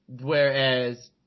whereas